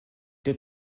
der